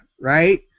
right